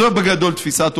זו בגדול תפיסת עולמי.